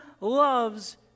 loves